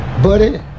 Buddy